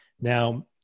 Now-